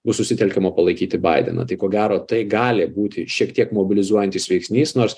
bus susitelkiama palaikyti baideną tai ko gero tai gali būti šiek tiek mobilizuojantis veiksnys nors